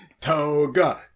Toga